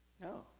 No